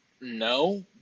No